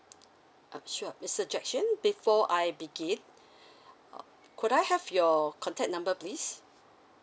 sure mister jackson before I begin uh could I have your contact number please